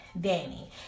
Danny